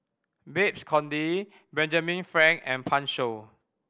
Babes Conde Benjamin Frank and Pan Shou